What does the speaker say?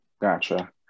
Gotcha